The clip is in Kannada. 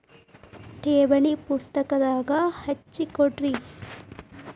ಠೇವಣಿ ಪುಸ್ತಕದಾಗ ಹಚ್ಚಿ ಕೊಡ್ರಿ